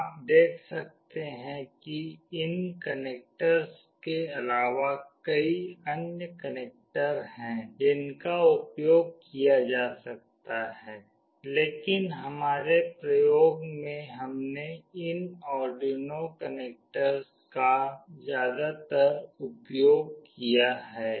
आप देख सकते हैं कि इन कनेक्टर्स के अलावा कई अन्य कनेक्टर हैं जिनका उपयोग किया जा सकता है लेकिन हमारे प्रयोग में हमने इन आर्डुइनो कनेक्टर्स का ज्यादातर उपयोग किया है